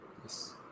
Yes